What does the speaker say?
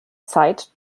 zeit